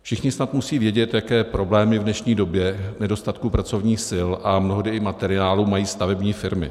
Všichni snad musí vědět, jaké problémy v dnešní době nedostatku pracovních sil a mnohdy i materiálu mají stavební firmy.